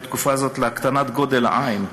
בתקופה זאת, להקטנת גודל העין,